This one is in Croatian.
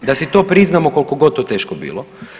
Da si to priznamo koliko god to teško bilo.